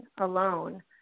alone